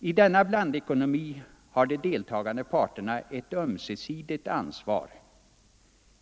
I denna blandekonomi har de deltagande parterna ett ömsesidigt ansvar.